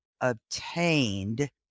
obtained